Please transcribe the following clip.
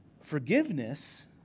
Forgiveness